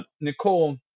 Nicole